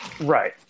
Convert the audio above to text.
Right